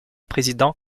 président